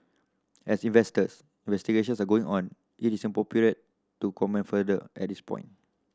as investors investigations are ongoing it is inappropriate to comment further at this point